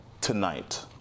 tonight